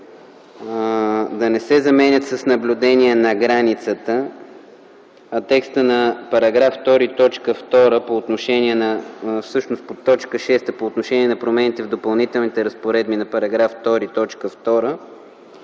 да не се заменят с „наблюдение на границата”, а текстът на § 2, т. 6 по отношение на промените в Допълнителните разпоредби на § 2,